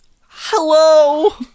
Hello